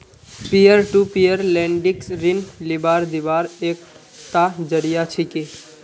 peer to peer lending ऋण लीबार दिबार एकता जरिया छिके